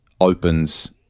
opens